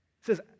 says